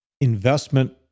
investment